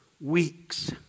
weeks